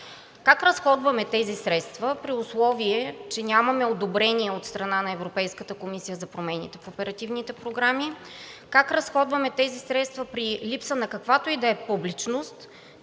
Как разходваме тези средства, при условие че нямаме одобрение от страна на Европейската комисия за промените в оперативните програми, как разходваме тези средства при липса на каквато и да е публичност,